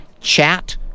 Chat